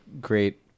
great